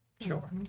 Sure